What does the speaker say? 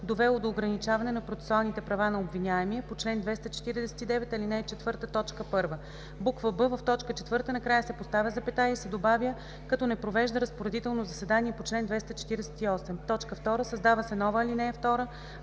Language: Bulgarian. „довело до ограничаване на процесуалните права на обвиняемия по чл. 249, ал. 4, т. 1“; б) в т. 4 накрая се поставя запетая и се добавя „като не провежда разпоредително заседание по чл. 248”. 2. Създава се нова ал. 2: